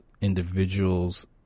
individuals